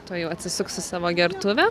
tuojau atsisuksiu savo gertuvę